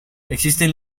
existen